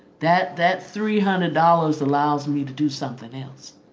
that that three hundred dollars allows me to do something else